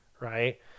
right